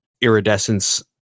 iridescence